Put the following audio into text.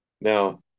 now